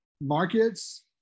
markets